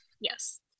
yes